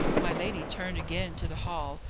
my lady turned again to the hall,